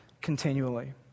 continually